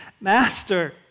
Master